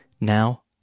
Now